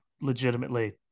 legitimately